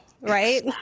right